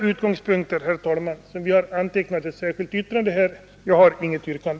Jag har, herr talman, inget yrkande.